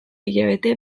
hilabete